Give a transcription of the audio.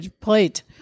plate